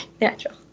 natural